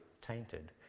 tainted